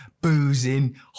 boozing